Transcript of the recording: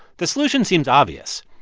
the solution seems obvious.